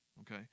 okay